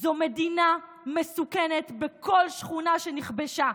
זו מדינה מסוכנת בכל שכונה שנכבשה.